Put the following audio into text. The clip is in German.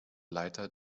leiter